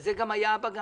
על זה גם היה בג"ץ.